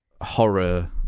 horror